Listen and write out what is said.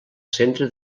centre